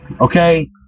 Okay